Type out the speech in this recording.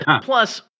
Plus